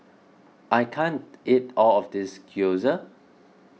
I can't eat all of this Gyoza